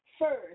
First